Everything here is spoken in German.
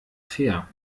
fair